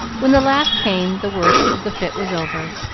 when the laugh came, the worst of the fit was over,